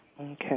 Okay